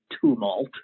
tumult